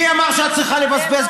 מי אמר שאת צריכה לבזבז,